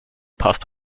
passt